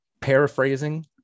paraphrasing